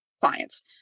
clients